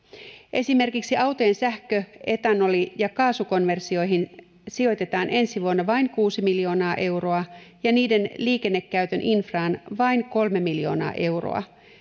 esimerkiksi autojen sähkö etanoli ja kaasukonversioihin sijoitetaan ensi vuonna vain kuusi miljoonaa euroa ja niiden liikennekäytön infraan vain kolme miljoonaa euroa